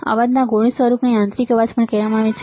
અવાજ ના ગોળી સ્વરૂપને યાંત્રિક અવાજ પણ કહેવામાં આવે છે